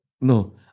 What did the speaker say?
no